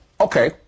Okay